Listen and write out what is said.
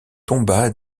tomba